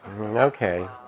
okay